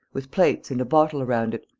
with plates and a bottle around it,